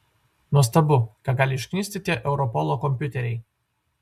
nuostabu ką gali išknisti tie europolo kompiuteriai